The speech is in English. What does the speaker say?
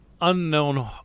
unknown